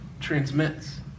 transmits